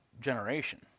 generation